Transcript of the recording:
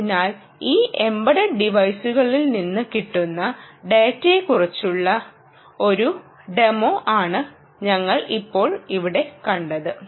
അതിനാൽ ഈ എoെബഡഡ് ടിവൈസുകളിൽ നിന്നും കിട്ടുന്ന ടാറ്റയെക്കുറിച്ചുള്ള ഒരു ടെ മോ ആണ് ഞങ്ങൾ ഇപ്പോൾ ഇവിടെ കണ്ടത്